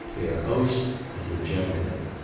their host and a gentleman.